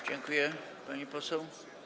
Dziękuję, pani poseł.